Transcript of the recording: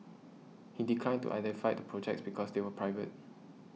he declined to identify the projects because they were private